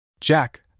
Jack